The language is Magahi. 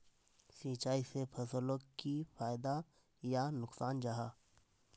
सिंचाई से फसलोक की फायदा या नुकसान जाहा?